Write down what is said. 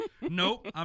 Nope